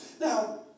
Now